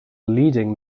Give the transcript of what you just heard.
leading